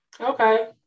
okay